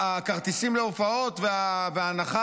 הכרטיסים להופעות וההנחה